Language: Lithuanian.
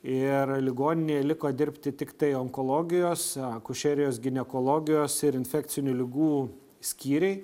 ir ligoninėje liko dirbti tiktai onkologijos akušerijos ginekologijos ir infekcinių ligų skyriai